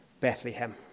Bethlehem